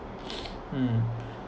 mm